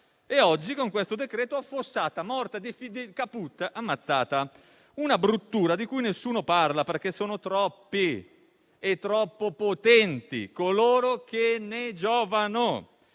e oggi, con questo provvedimento, affossata, morta, *caput*, ammazzata. Una bruttura di cui nessuno parla, perché sono troppi e troppo potenti coloro che ne giovano.